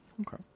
Okay